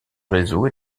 réseaux